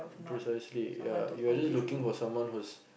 precisely ya you are just looking for someone who's